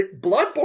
Bloodborne